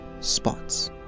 spots